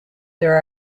there